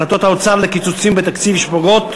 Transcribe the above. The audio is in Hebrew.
החלטות האוצר על קיצוצים בתקציב הפוגעות